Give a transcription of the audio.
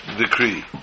decree